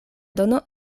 dono